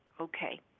Okay